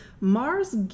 Mars